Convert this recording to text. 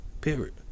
period